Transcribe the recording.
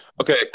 Okay